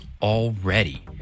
already